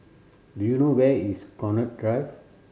do you know where is Connaught Drive